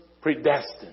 predestined